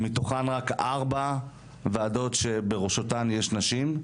ומתוכן רק ארבע ועדות שבראשותן יש נשים,